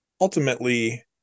ultimately